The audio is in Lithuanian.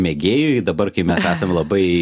mėgėjui dabar kai mes esam labai